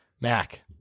Mac